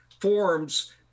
forms